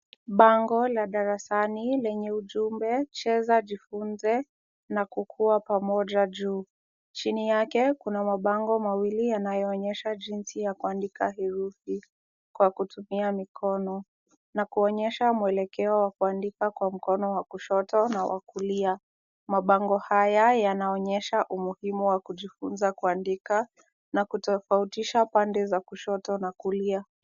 Bango la darasani lenye ujumbe cheza, jifunze na kukuwa pamoja juu, chini yake kuna mabango mawili yanayoonyesha jinsi ya kuandika herufi kwa kutumia mikono na kuonyesha mwelekeo wa kuandika kwa mkono wa kushoto na wa kulia. Mabango haya yanaonyesha umuhimu wa kujifunza kuandika na kutofautisha pande za kushoto na kulia.